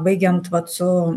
baigiant vat su